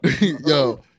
yo